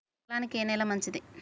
పొలానికి ఏ నేల మంచిది?